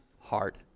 hard